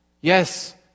yes